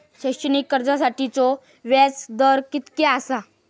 शैक्षणिक कर्जासाठीचो व्याज दर कितक्या आसा?